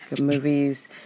movies